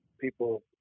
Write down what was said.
people